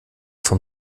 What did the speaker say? vom